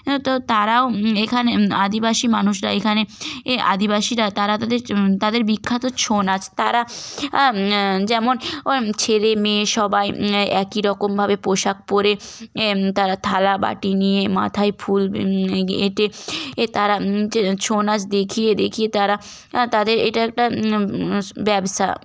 ও তো তারাও এখানে আদিবাসী মানুষরা এখানে এ আদিবাসীরা তারা তাদের তাদের বিখ্যাত ছৌ নাচ তারা যেমন ছেলে মেয়ে সবাই একই রকমভাবে পোশাক পরে তারা থালা বাটি নিয়ে মাথায় ফুল এ এঁটে তারা যে ছৌ নাচ দেখিয়ে দেখিয়ে তারা তাদের এটা একটা ব্যবসা